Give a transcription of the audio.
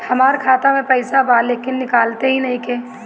हमार खाता मे पईसा बा लेकिन निकालते ही नईखे?